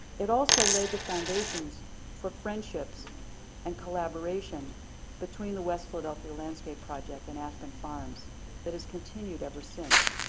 it also laid the foundations for friendships and collaboration between the west philadelphia landscape project and aspen farms that has continued ever since.